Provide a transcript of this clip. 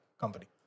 company